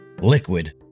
Liquid